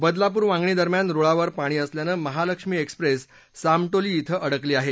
बदलापूर वांगणी दरम्यान रुळावर पाणी असल्यानं महालक्ष्मी एक्सप्रेस सामटोली इथं अडकली आहे